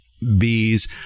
bees